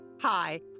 Hi